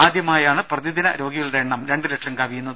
ആദ്യമായാണ് പ്രതിദിന രോഗികളുടെ എണ്ണം രണ്ട് ലക്ഷം കവിയുന്നത്